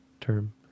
term